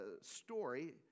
story